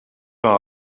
pain